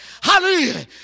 hallelujah